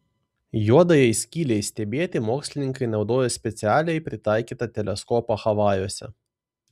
juodajai skylei stebėti mokslininkai naudojo specialiai pritaikytą teleskopą havajuose